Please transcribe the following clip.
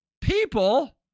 people